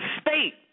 state